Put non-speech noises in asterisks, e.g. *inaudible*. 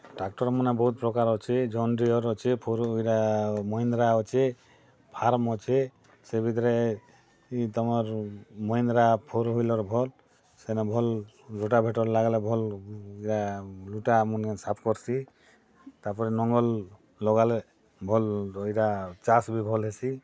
ଟ୍ରାକ୍ଟରମାନେ ବହୁତ ପ୍ରକାରେ ଅଛି ଯନ ଡିଅର ଅଛେ ଫୋର୍ *unintelligible* ମହେନ୍ଦ୍ରା ଅଛେ ଫାର୍ମ ଅଛେ ସେ ଭିତରେ ଇ ତମର୍ ମହେନ୍ଦ୍ରା ଫୋର ହୁଇଲ୍ର ଭଲ୍ ସେନ ଭଲ *unintelligible* ଭେଟା ଭୋଟ ଲାଗଲେ ଭଲ *unintelligible* ଲୁଟା ମାନେ ସାପ୍ କର୍ସି ତାପରେ ଲଙ୍ଗଲ୍ ଲଗାଲେ ଭଲ୍ ଇଟା ଚାଷ୍ ବି ଭଲ୍ ହେସିଁ